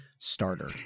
starter